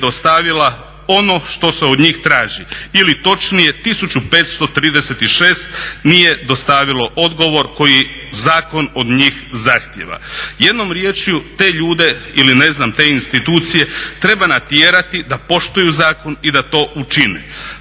nije dostavila ono što se od njih traži ili točnije 1536 nije dostavilo odgovor koji zakon od njih zahtjeva. Jednom riječju te ljude ili ne znam te institucije treba natjerati da poštuju zakon i da to učine.